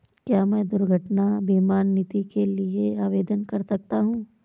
क्या मैं दुर्घटना बीमा नीति के लिए आवेदन कर सकता हूँ?